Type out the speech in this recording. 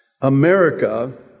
America